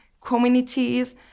communities